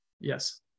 Yes